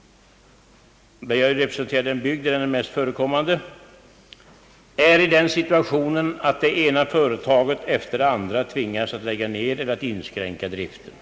— jag representerar den bygd där denna är mest förekommande är i den situationen att det ena företaget efter det andra tvingas att lägga ned eller att inskränka driften.